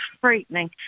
frightening